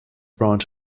branch